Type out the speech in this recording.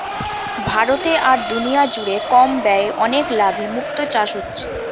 ভারতে আর দুনিয়া জুড়ে কম ব্যয়ে অনেক লাভে মুক্তো চাষ হচ্ছে